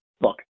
Look